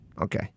Okay